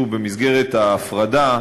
שוב, במסגרת ההפרדה,